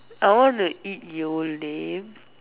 I want to eat Yole